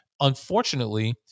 Unfortunately